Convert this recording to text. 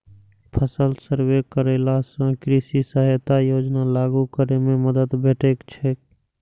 फसल सर्वे करेला सं कृषि सहायता योजना लागू करै मे मदति भेटैत छैक